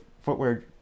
footwear